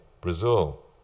Brazil